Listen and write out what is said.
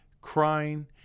crying